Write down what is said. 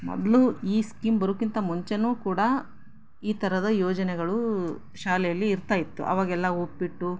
ಮೊದಲು ಈ ಸ್ಕೀಮ್ ಬರೋಕಿಂತ ಮುಂಚೆಯೂ ಕೂಡ ಈ ಥರದ ಯೋಜನೆಗಳು ಶಾಲೆಯಲ್ಲಿ ಇರ್ತಾ ಇತ್ತು ಆವಾಗೆಲ್ಲ ಉಪ್ಪಿಟ್ಟು